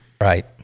Right